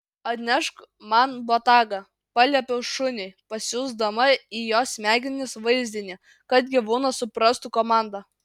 atnešk man botagą paliepiau šuniui pasiųsdama į jo smegenis vaizdinį kad gyvūnas suprastų komandą